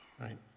right